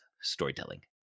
storytelling